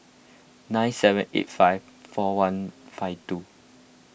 nine seven eight five four one five two